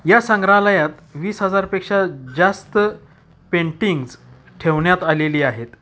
या संग्रहालयात वीस हजारपेक्षा जास्त पेंटिंग्ज ठेवण्यात आलेली आहेत